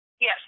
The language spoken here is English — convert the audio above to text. Yes